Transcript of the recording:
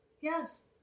Yes